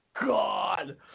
God